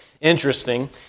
interesting